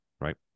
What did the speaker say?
Right